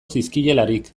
zizkielarik